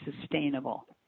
sustainable